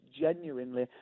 genuinely